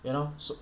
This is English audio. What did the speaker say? you know so